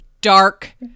dark